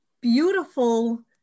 beautiful